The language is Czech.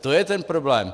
To je ten problém.